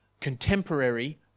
contemporary